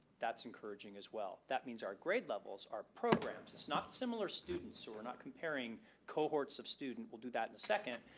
that's encouraging as well. that means our grade levels are programmed. it's not similar students, who are not comparing cohorts of students. we'll do that second.